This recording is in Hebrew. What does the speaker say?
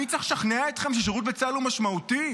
אני צריך לשכנע אתכם ששירות בצה"ל הוא משמעותי?